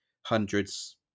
hundreds